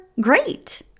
great